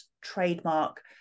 trademark